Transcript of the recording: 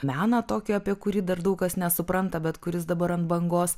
meną tokį apie kurį dar daug kas nesupranta bet kuris dabar ant bangos